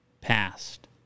passed